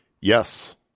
Yes